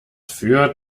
führt